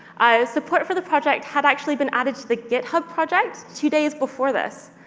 support for the project had actually been added to the github project two days before this,